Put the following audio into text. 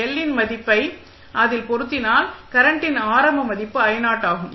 L இன் மதிப்பை அதில் பொருத்தினால் கரண்டின் ஆரம்ப மதிப்பு ஆகும்